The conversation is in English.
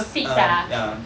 fixed ah